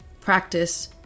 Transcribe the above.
practice